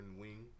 wing